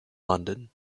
london